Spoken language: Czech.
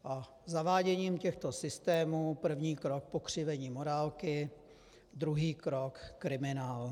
A zaváděním těchto systémů, první krok pokřivení morálky, druhý krok kriminál.